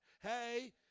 Hey